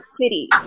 City